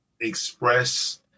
express